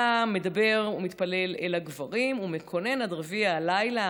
היה מדבר ומתפלל אל הגברים ומקונן עד רביע הלילה,